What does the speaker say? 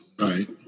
Right